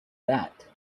that